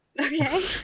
Okay